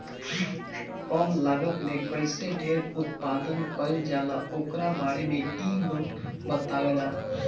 कम लागत में कईसे ढेर उत्पादन कईल जाला ओकरा बारे में इ लोग बतावेला